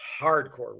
hardcore